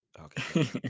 Okay